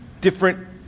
different